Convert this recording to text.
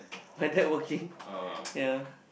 oh